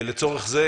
לצורך זה